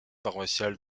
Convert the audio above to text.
paroissiale